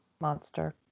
monster